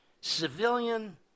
civilian